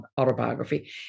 autobiography